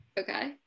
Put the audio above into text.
okay